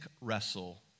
wrestle